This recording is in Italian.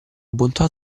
bontà